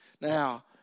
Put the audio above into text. Now